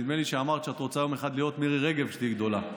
נדמה לי שאמרת שאת רוצה יום אחד להיות מירי רגב כשתהיי גדולה.